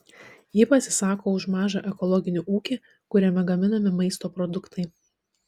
ji pasisako už mažą ekologinį ūkį kuriame gaminami maisto produktai